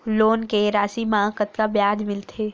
Loan के राशि मा कतका ब्याज मिलथे?